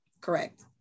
correct